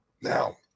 now